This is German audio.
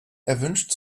erwünscht